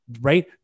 right